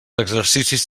exercicis